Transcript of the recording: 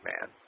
man